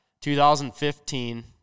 2015